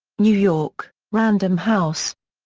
new york random house.